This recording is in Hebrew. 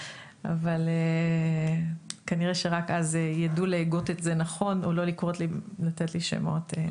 אבל כנראה שרק אז ידעו להגות את זה נכון או לא לתת לי כל מיני שמות.